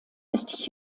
ist